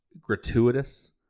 gratuitous